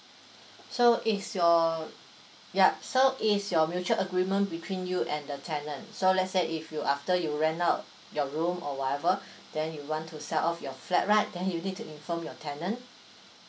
so it's your ya so it's your mutual agreement between you and the tenant so let's say if you after you rent out your room or whatever then you want to sell off your flat right then you need to inform your tenant